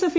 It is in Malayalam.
എഫ്